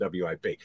wip